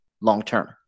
long-term